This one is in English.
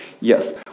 Yes